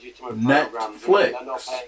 Netflix